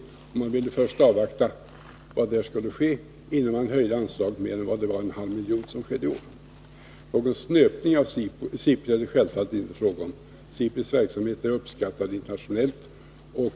Man ville i avvaktan på vad som därvid skulle ske inte i år höja anslaget med — som jag vill minnas att det gällde — mer än en halv miljon kronor. Någon snöpning av SIPRI är det självfallet inte fråga om. SIPRI:s verksamhet är uppskattad internationellt.